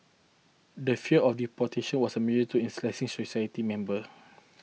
the fear of deportation was a major tool in slashing society member